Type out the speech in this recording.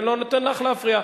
אני לא נותן לך להפריע.